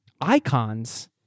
icons